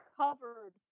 covered